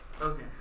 okay